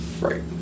Right